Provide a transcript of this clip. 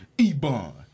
ebon